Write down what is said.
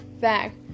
fact